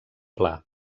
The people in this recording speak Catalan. pla